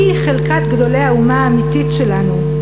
היא חלקת גדולי האומה האמיתית שלנו,